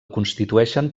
constitueixen